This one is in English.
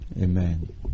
Amen